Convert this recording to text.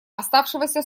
оставшегося